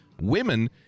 women